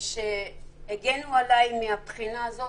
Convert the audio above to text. שהגנו עלי מהבחינה הזו